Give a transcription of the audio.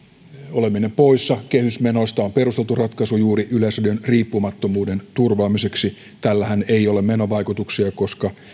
oleminen poissa kehysmenoista on perusteltu ratkaisu juuri yleisradion riippumattomuuden turvaamiseksi tällähän ei ole menovaikutuksia koska